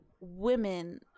women